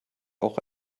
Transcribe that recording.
auch